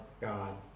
God